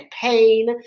pain